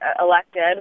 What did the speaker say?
elected